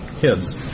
kids